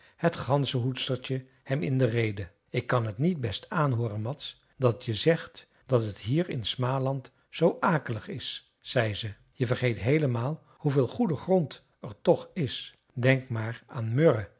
het ganzenhoedstertje hem in de rede ik kan t niet best aanhooren mads dat je zegt dat het hier in smaland zoo akelig is zei ze je vergeet heelemaal hoeveel goede grond er toch is denk maar aan möre